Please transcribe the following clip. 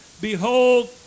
behold